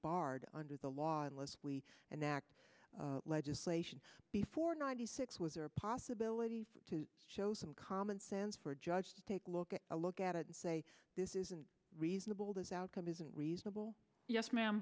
barred under the law unless we enact legislation before ninety six was there a possibility to show some common sense for a judge to take a look at a look at it and say this isn't reasonable this outcome isn't reasonable yes ma'am